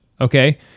okay